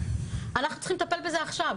אנחנו צריכים לטפל בזה עכשיו.